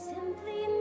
Simply